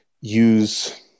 use